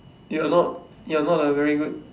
you are not you are not a very good